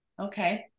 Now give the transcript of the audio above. Okay